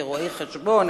כרואי-חשבון,